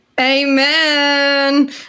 Amen